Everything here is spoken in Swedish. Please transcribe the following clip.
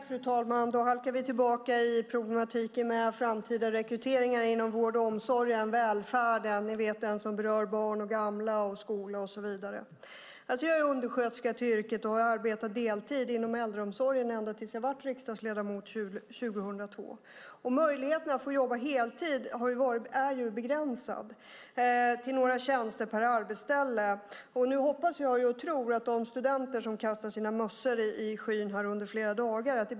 Fru talman! Då halkar vi tillbaka i problematiken med framtida rekryteringar inom vård och omsorg och välfärden, ni vet den som berör barn, gamla, skola och så vidare. Jag är undersköterska till yrket och har arbetat deltid inom äldreomsorgen ända tills jag blev riksdagsledamot 2002. Möjligheten att få jobba heltid är begränsad till några tjänster per arbetsställe. Nu hoppas och tror jag att det blir bättre för de studenter som kastar sina mössor i skyn här under flera dagar.